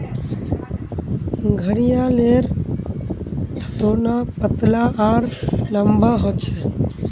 घड़ियालेर थथोना पतला आर लंबा ह छे